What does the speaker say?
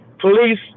Police